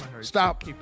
stop